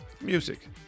music